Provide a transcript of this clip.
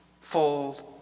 fold